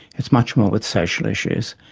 it's much more with social issues.